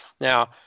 now